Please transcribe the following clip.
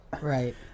Right